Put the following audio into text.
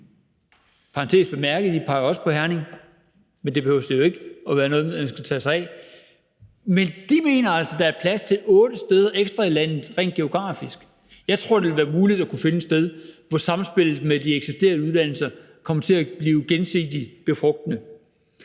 vil jeg bemærke, at de også peger på Herning, men det behøver jo ikke at være noget, man skal tage sig af. Men de mener altså, at der er plads til otte steder ekstra i landet rent geografisk. Jeg tror, det vil være muligt at kunne finde et sted, hvor samspillet med de eksisterende uddannelser kommer til at blive gensidigt frugtbart.